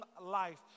life